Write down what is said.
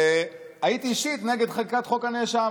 הייתי אישית נגד חקיקת חוק הנאשם,